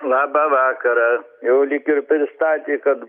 labą vakarą jau lyg ir pristatė kad